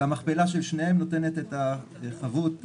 והמכפלה של שניהם נותנת את החבות במס.